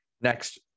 Next